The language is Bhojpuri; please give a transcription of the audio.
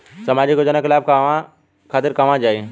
सामाजिक योजना के लाभ खातिर कहवा जाई जा?